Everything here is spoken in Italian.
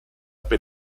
per